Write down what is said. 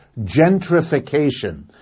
gentrification